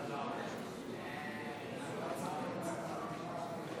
הצעת החוק